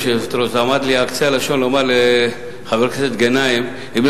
המסתנן מאפריקה הוא פתרון זמני עבור בעלי עסקים המחפשים